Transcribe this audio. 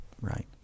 right